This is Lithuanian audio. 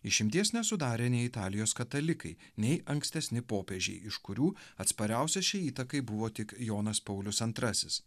išimties nesudarė nei italijos katalikai nei ankstesni popiežiai iš kurių atspariausias šiai įtakai buvo tik jonas paulius antrasis